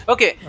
Okay